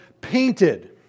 painted